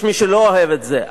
יש מי שלא אוהב את זה,